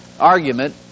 argument